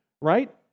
right